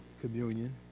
communion